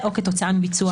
מבינים,